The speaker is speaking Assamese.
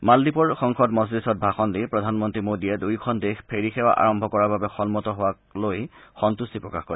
মালদ্বীপৰ সংসদ মজলিছত ভাষণ দি প্ৰধানমন্ত্ৰী মোদীয়ে দুয়োখন দেশ ফেৰী সেৱা আৰম্ভ কৰাৰ বাবে সন্মত হোৱাক লৈ সন্তুষ্টি প্ৰকাশ কৰে